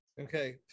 Okay